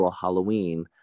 halloween